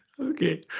Okay